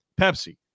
Pepsi